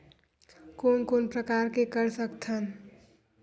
कोन कोन प्रकार के कर सकथ हन?